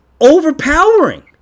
overpowering